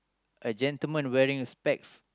a gentlemen wearing specs